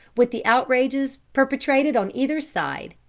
with the outrages perpetrated on either side,